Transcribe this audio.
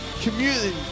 community